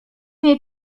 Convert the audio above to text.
niej